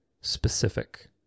specific